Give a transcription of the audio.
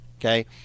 okay